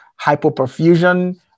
Hypoperfusion